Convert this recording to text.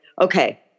okay